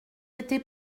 été